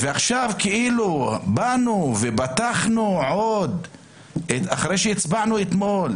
עכשיו כאילו באנו ופתחנו עוד אחרי שהצבענו אתמול,